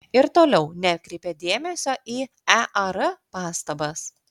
ir toliau nekreipė dėmesio į ear pastabas